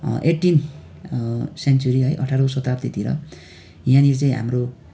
eighteen century है अठाह्रौँ शताब्दीतिर यहाँनिर चाहिँ हाम्रो